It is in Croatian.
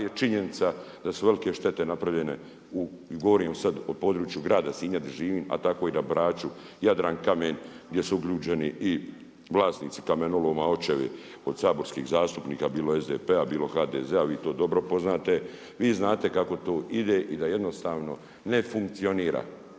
je činjenica da su velike šteta napravljen, govorim sad u području grad Sinja gdje živim a tako i na Braču, Jadrankamen gdje su uključeni i vlasnici kamenoloma, očevi od saborskih zastupnika, bilo SDP-a, bilo HDZ-a, vi to dobro poznate. Vi znate kako to ide i da jednostavno ne funkcionira.